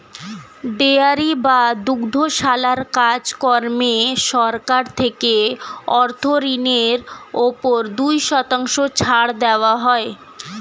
dairy বা দুগ্ধশালার কাজ কর্মে সরকার থেকে অর্থ ঋণের উপর দুই শতাংশ ছাড় দেওয়া হয়